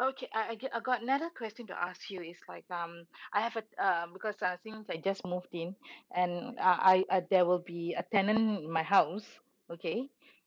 okay I I get got another question to ask you is like um I have a um because uh since I just moved in and uh I I there will be a tenant in my house okay